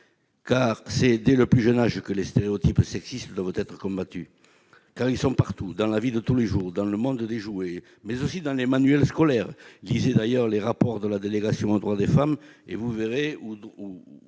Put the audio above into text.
car c'est dès le plus jeune âge que les stéréotypes sexistes doivent être combattus. Ils sont partout, dans la vie de tous les jours, dans les rayons de jouets, mais aussi dans les manuels scolaires, etc. À cet égard, lisez les rapports de la délégation aux droits des femmes : vous verrez où